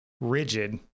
rigid